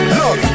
look